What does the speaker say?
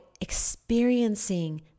experiencing